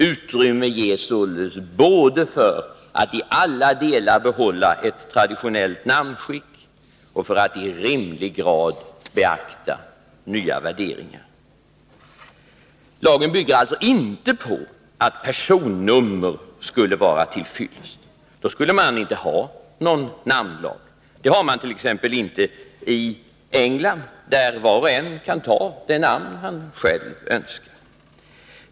Utrymme ges således både för att i alla delar behålla ett traditionellt namnskick och för att i rimlig grad beakta nyare värderingar. Lagen bygger alltså inte på att personnummer skall vara till fyllest. Då skulle man inte ha någon namnlag. Det har man t.ex. inte i England, där var och en kan ta det namn han själv önskar.